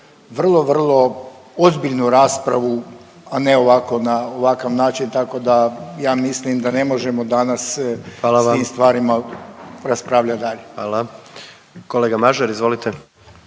vrlo, vrlo ozbiljnu raspravu, a ne ovako na ovakav način tako da ja mislim da ne možemo danas … …/Upadica predsjednik: Hvala vam./… … sa tim